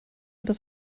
das